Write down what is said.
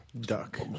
Duck